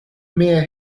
mere